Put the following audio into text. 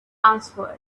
answered